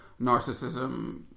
narcissism